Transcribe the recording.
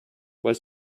was